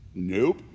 Nope